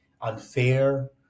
unfair